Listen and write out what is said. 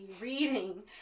reading